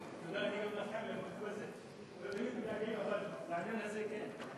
חברים נכבדים,